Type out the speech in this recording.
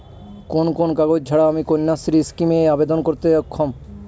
কোন কোন কাগজ ছাড়া আমি কন্যাশ্রী স্কিমে আবেদন করতে অক্ষম?